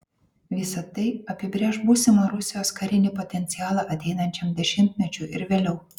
visa tai apibrėš būsimą rusijos karinį potencialą ateinančiam dešimtmečiui ir vėliau